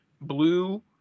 Blue